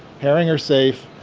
herring are safe,